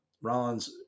Rollins